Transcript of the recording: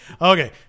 Okay